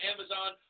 Amazon